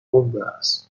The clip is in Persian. عمرست